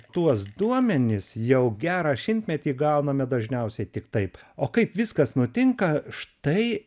tuos duomenis jau gerą šimtmetį gauname dažniausiai tik taip o kaip viskas nutinka štai